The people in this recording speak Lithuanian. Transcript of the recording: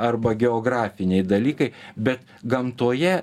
arba geografiniai dalykai bet gamtoje